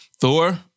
Thor